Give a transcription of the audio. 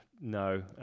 no